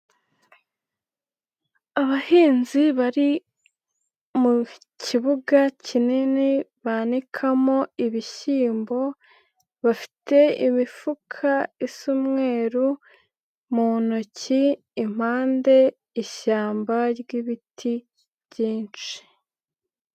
Abahinzi bari mu kibuga kinini banikamo ibishyimbo, bafite imifuka isa umweruru mu ntoki, impande ishyamba ry'biti byinshi.